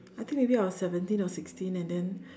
I think maybe I was seventeen or sixteen and then